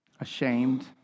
ashamed